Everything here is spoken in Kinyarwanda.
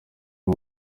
uyu